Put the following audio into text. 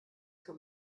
kann